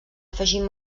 afegint